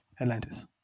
atlantis